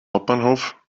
hauptbahnhof